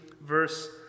verse